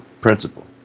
principle